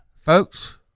Folks